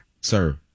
Sir